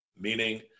meaning